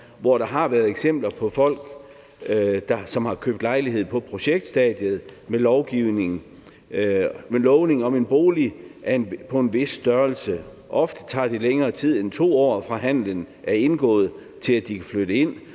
Der har været eksempler på folk, som har købt lejlighed på projektstadiet med lovning om en bolig på en vis størrelse. Ofte tager det længere tid end 2 år, fra handlen er indgået, til de kan flytte ind,